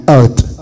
earth